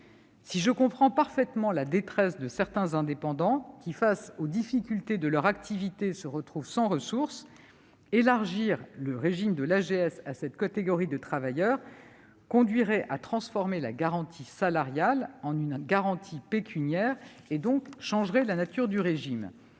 Si je comprends parfaitement la détresse de certains indépendants, qui, face aux difficultés de leur activité, se retrouvent sans ressources, le choix d'élargir le régime à cette catégorie de travailleurs conduirait à transformer la garantie salariale en une garantie pécuniaire, et donc changerait la nature du régime.